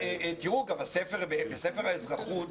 מספר האזרחות,